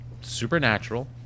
Supernatural